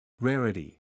Rarity